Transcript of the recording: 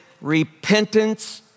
repentance